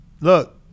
Look